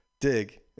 dig